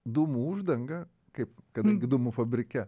dūmų uždangą kaip kadangi dūmų fabrike